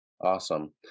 Awesome